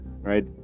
right